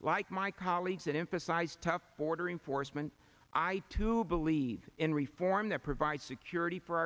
like my colleagues and emphasize tough border enforcement i too believe in reform that provide security for